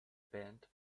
band